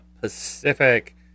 Pacific